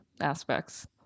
aspects